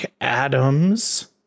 Adams